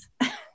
Yes